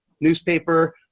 newspaper